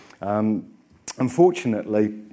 Unfortunately